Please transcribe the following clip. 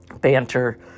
banter